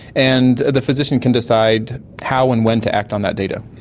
and the physician can decide how and when to act on that data.